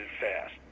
fast